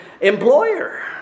employer